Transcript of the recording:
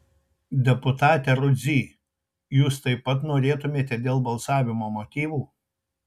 deputate rudzy jūs taip pat norėtumėte dėl balsavimo motyvų